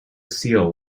seal